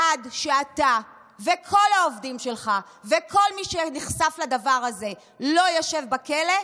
עד שאתה וכל העובדים שלך וכל מי שנחשף לדבר הזה לא ישב בכלא,